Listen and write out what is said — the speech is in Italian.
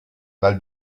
dal